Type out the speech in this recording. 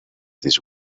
these